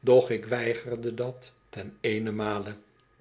doch ik weigerde dat ten